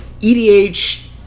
EDH